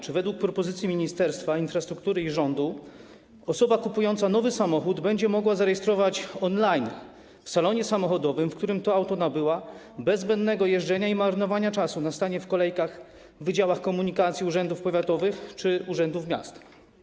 Czy według propozycji Ministerstwa Infrastruktury i rządu osoba kupująca nowy samochód będzie go mogła zarejestrować online w salonie samochodowym, w którym to auto nabyła, bez zbędnego jeżdżenia i marnowania czasu na stanie w kolejkach w wydziałach komunikacji urzędów powiatowych czy urzędów miast?